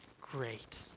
great